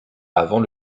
avant